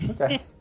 Okay